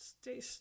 stay